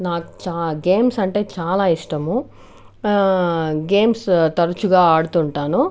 నాకు చా గేమ్స్ అంటే చాలా ఇష్టము గేమ్స్ తరుచుగా ఆడుతుంటాను